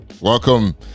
Welcome